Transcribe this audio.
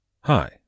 Hi